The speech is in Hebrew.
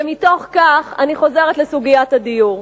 ומתוך כך אני חוזרת לסוגיית הדיור.